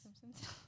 Simpsons